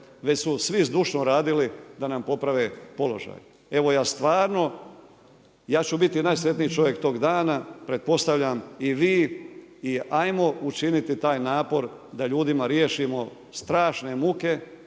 već su svi zdušno radili da nam poprave položaj. Evo ja stvarno, ja ću biti najsretniji čovjek tog dana, pretpostavljam i vi i ajmo učiniti taj napor da ljudima riješimo strašne muke,